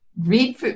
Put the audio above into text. Read